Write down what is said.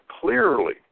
clearly